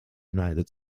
united